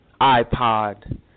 iPod